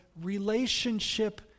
relationship